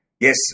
Yes